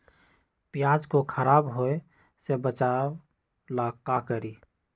प्याज को खराब होय से बचाव ला का करी?